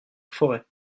forêt